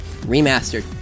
remastered